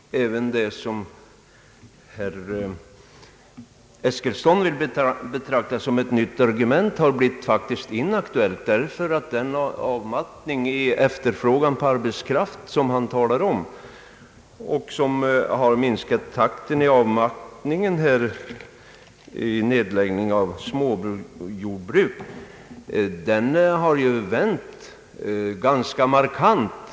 Herr talman! Även det som herr Eskilsson betraktar som ett nytt argument har faktiskt blivit inaktuellt, ty den avmattning i efterfrågan på arbetskraft som han talade om och som har minskat takten i nedläggningen av småjordbruk har ju vänt ganska markant.